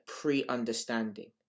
pre-understanding